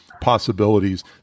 possibilities